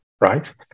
right